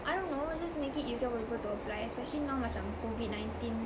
I don't know just make it easier for people to apply especially now macam COVID nineteen